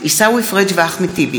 מיכל בירן וינון אזולאי בנושא: